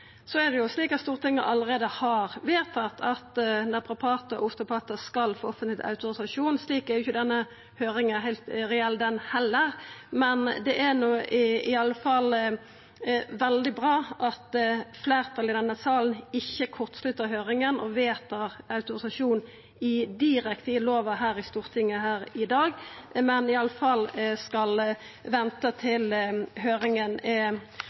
Så er det slik at Stortinget allereie har vedtatt at naprapatar og osteopatar skal få offentleg autorisasjon. Så slik er ikkje denne høyringa heilt reell heller. Det er no iallfall veldig bra at fleirtalet i denne salen ikkje kortsluttar høyringa og vedtar autorisasjon direkte i lova i Stortinget her i dag, men at ein skal venta til høyringa er